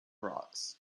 rocks